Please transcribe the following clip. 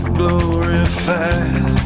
glorified